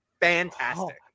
fantastic